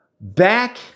back